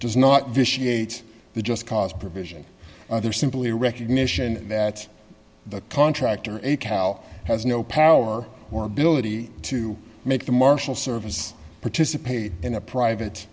does not vitiate the just cause provision other simply recognition that the contractor a cow has no power or ability to make the marshal service participate in a private